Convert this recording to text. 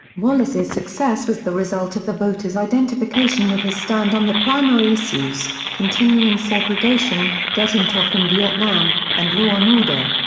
wallace's success was the result of the voter's identification with his stand on the primary issues continuing segregation, getting tough in vietnam, and law and order.